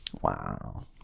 Wow